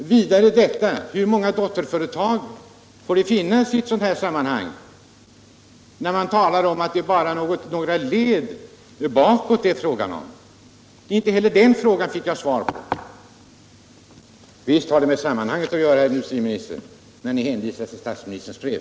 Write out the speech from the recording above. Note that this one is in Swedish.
Vidare frågade jag hur många dotterbolag det får finnas i sådana här sammanhang. Det sägs ju att det bara gäller några led bakåt. Inte heller den frågan fick jag något svar på. Visst hör de här spörsmålen hemma i det här sammanhanget. Ni hänvisar ju till statsministerns brev!